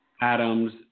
Adams